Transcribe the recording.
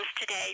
today